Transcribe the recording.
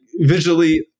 visually